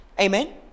Amen